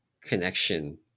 connection